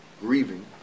grieving